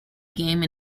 game